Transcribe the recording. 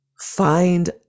find